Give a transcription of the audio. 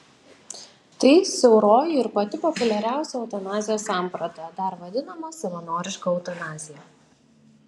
tai siauroji ir pati populiariausia eutanazijos samprata dar vadinama savanoriška eutanazija